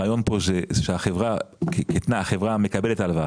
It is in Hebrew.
הרעיון כאן שהחברה המקבלת הלוואה,